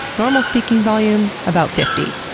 normal speaking volume, about fifty.